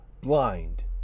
blind